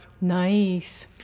nice